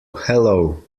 hello